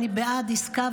אני בעד עסקה,